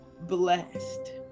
blessed